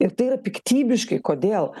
ir tai yra piktybiškai kodėl